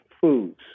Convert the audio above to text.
foods